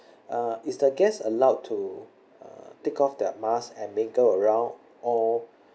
uh is the guests allowed to uh take off their masks and mingle around or